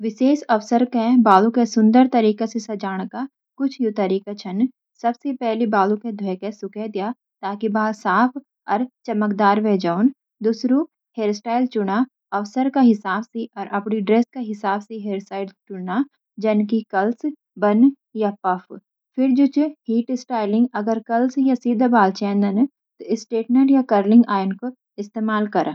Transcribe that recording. विशेष अवसर के बालों को सुंदर तरीके से साजण खातिर कुछ यू तरीका छन: बाल धोकर सुखा– पहले बाल अच्छे सी धोके सुखा, ताकि बाल साफ अर चमकदार वे जांउन। हेयर स्टाइल चुनो – अवसर के हिसाब से और आपंडी ड्रेस का हिसाब सी हेयर स्टाइल चुना, जन की कर्ल्स, बन या पफ। हीट स्टाइलिंग – अगर कर्ल्स या सिधे बाल चेन्दा, त स्ट्रेटनर या कर्लिंग आयरन का इस्तेमाल करा।